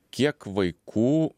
kiek vaikų